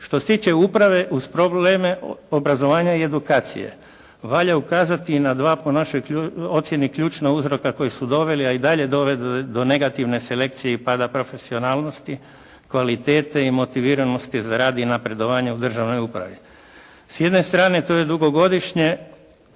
Što se tiče uprave uz probleme obrazovanja i edukacije valja ukazati i na dva po našoj ocjeni ključna uzroka koji su doveli a i dalje dovode do negativne selekcije i pada profesionalnosti, kvalitete i motiviranosti za rad i napredovanje u državnoj upravi. S jedne strane to je dugogodišnje